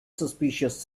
suspicious